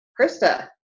Krista